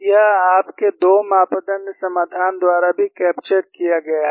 यह आपके 2 मापदण्ड समाधान द्वारा भी कैप्चर किया गया है